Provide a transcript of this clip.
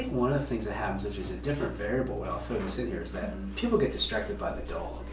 one of the things that happens which is a different variable, but i'll throw this in here. is that people get distracted by the dog.